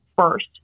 first